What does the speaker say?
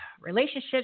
relationships